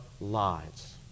lives